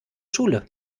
schule